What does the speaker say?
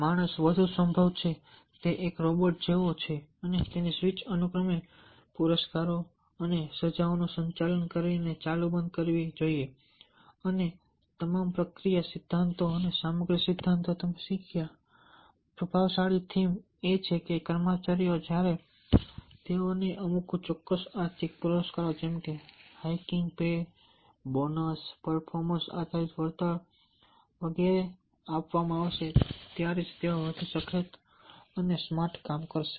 માણસ વધુ સંભવ છે તે એક રોબોટ જેવો છે અને તેની સ્વીચ અનુક્રમે પુરસ્કારો અને સજાઓનું સંચાલન કરીને ચાલુ અને બંધ કરવી જોઈએ અને તમામ પ્રક્રિયા સિદ્ધાંતો અને સામગ્રી સિદ્ધાંતો તમે શીખ્યા છો પ્રભાવશાળી થીમ એ છે કે કર્મચારીઓ જ્યારે તેઓને અમુક ચોક્કસ આર્થિક પુરસ્કારો જેમ કે હાઇકિંગ પે બોનસ પર્ફોર્મન્સ આધારિત વળતર વગેરે આપવામાં આવશે ત્યારે જ તેઓ વધુ સખત અને સ્માર્ટ કામ કરશે